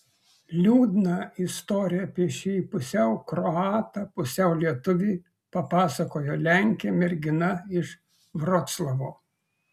liūdną istoriją apie šį pusiau kroatą pusiau lietuvį papasakojo lenkė mergina iš vroclavo